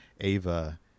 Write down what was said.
Ava